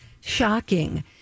shocking